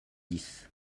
dix